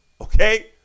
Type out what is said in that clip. okay